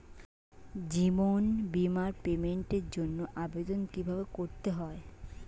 জীবন বীমার পেমেন্টের জন্য আবেদন কিভাবে করতে হয়?